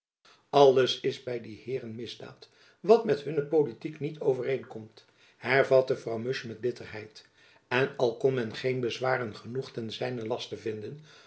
alles is by die heeren misdaad wat met hunne politiek niet overeenkomt hervatte mevrouw musch met bitterheid en al kon men geen bezwaren genoeg ten zijnen laste vinden